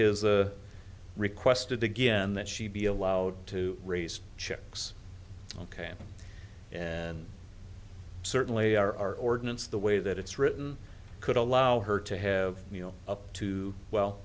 has a requested again that she be allowed to raise chicks ok and certainly our ordinance the way that it's written could allow her to have you know up to well